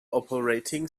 operating